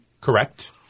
correct